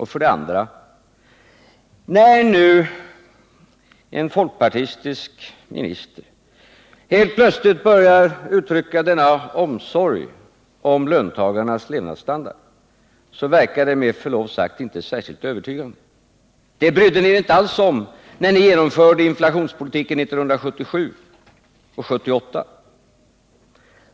När nu för det andra en folkpartistisk minister helt plötsligt börjar uttrycka omsorg om löntagarnas levnadsstandard verkar det med förlov sagt inte särskilt övertygande. Den brydde ni er inte alls om när ni genomförde inflationspolitiken 1977 och 1978.